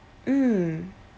mm